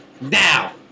Now